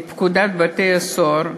את פקודת בתי-הסוהר ,